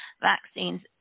vaccines